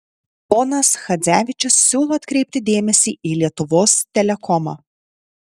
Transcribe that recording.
ponas chadzevičius siūlo atkreipti dėmesį į lietuvos telekomą